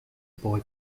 boy